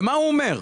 ומה הוא אומר?